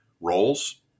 roles